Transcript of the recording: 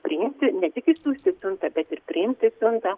priimti ne tik išsiųsti siuntą bet ir priimti siuntą